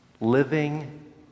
living